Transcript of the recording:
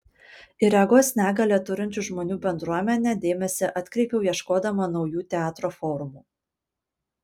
į regos negalią turinčių žmonių bendruomenę dėmesį atkreipiau ieškodama naujų teatro formų